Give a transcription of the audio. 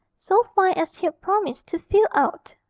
so fine as he'd promised to fill out.